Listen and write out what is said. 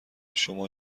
شما